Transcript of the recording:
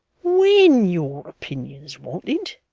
when your opinion's wanted,